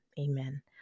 amen